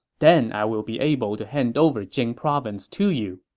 then i will be able to hand over jing province to you.